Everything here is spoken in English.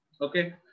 Okay